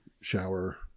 shower